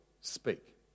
speak